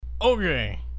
Okay